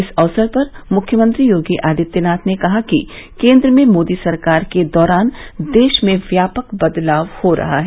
इस अवसर पर मृख्यमंत्री योगी आदित्यनाथ ने कहा कि केन्द्र में मोदी सरकार के दौरान देश में व्यापक बदलाव हो रहा है